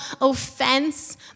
offense